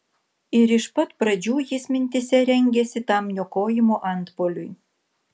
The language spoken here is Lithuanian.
ir iš pat pradžių jis mintyse rengėsi tam niokojimo antpuoliui